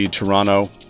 Toronto